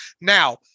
Now